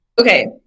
okay